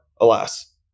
alas